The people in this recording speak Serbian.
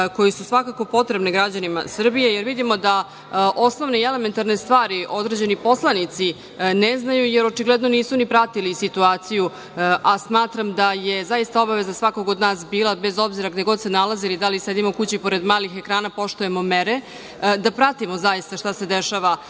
koje su, svakako, potrebne građanima Srbije, jer vidimo da osnovne i elementarne stvari određeni poslanici ne znaju jer očigledno nisu ni pratili situaciju, a smatram da je zaista obaveza svakoga od nas bila, bez obzira gde god se nalazili, da li se sedimo kući pored malih ekrana, poštujemo mere, da pratimo zaista šta se dešava